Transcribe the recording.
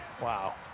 Wow